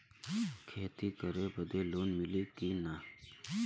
खेती करे बदे लोन मिली कि ना?